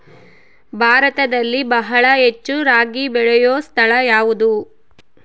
ಭಾರತದಲ್ಲಿ ಬಹಳ ಹೆಚ್ಚು ರಾಗಿ ಬೆಳೆಯೋ ಸ್ಥಳ ಯಾವುದು?